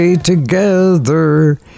Together